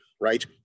right